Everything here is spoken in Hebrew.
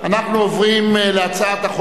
התשע"א-2010,